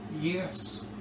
Yes